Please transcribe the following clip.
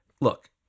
look